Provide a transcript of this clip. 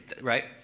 right